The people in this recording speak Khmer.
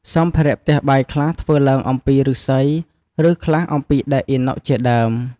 សម្ភារៈផ្ទះបាយខ្លះធ្វើឡើងអំពី ឬស្សី ឬខ្លះអំពីដែកអ៊ីណុកជាដើម។